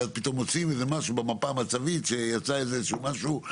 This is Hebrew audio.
מפה מצבית ותרשים סביבה.